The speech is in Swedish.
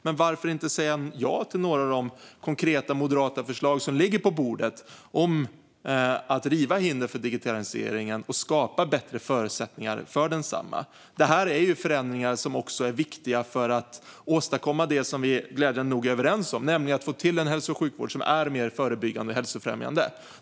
Men varför då inte säga ja till några av de konkreta moderata förslag som ligger på bordet om att riva hinder för digitaliseringen och skapa bättre förutsättningar för densamma? Det här är förändringar som också är viktiga för att åstadkomma det som vi glädjande nog är överens om, nämligen att få till en hälso och sjukvård som är mer förebyggande och hälsofrämjande.